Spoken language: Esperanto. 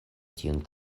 tiun